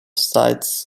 sites